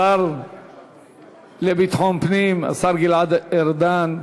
השר לביטחון פנים, השר גלעד ארדן,